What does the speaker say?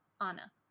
Anna